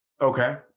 Okay